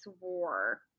war